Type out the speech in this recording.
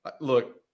Look